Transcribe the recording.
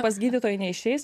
pas gydytoją neišeis